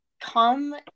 come